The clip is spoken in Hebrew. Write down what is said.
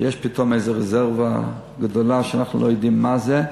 שיש פתאום איזה רזרבה גדולה שאנחנו לא יודעים מה זה,